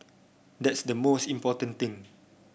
that's the most important thing